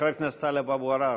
חבר הכנסת טלב אבו עראר,